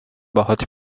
باهات